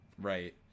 right